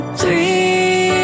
Three